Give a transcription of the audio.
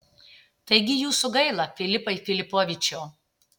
taigi jūsų gaila filipai filipovičiau